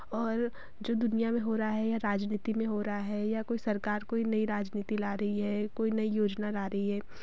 और जो दुनिया में हो रहा है या राजनीति में हो रहा है या कोई सरकार कोई नई राजनीति ला रही है कोई नई योजना ला रही है